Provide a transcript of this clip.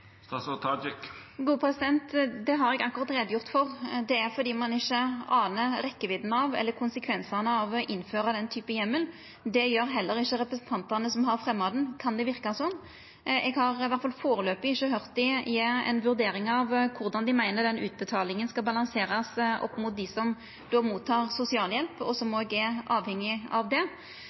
Det har eg akkurat gjort greie for: Det er fordi ein ikkje aner rekkjevidda av eller konsekvensane av å innføra den typen heimel. Det gjer heller ikkje representantane som har fremja han, kan det verka som. Eg har iallfall førebels ikkje høyrt dei gje ei vurdering av korleis dei meiner den utbetalinga skal balanserast opp mot dei som får sosialhjelp, og som er avhengige av det.